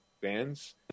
fans